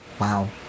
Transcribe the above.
Wow